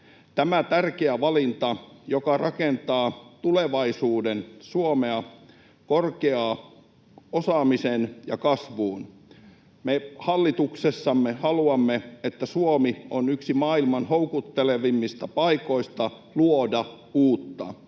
Tämä on tärkeä valinta, joka rakentaa tulevaisuuden Suomea korkeaan osaamiseen ja kasvuun. Me hallituksessa haluamme, että Suomi on yksi maailman houkuttelevimmista paikoista luoda uutta